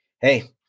hey